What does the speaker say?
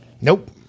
Nope